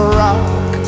rock